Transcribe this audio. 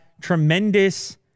tremendous